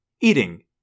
eating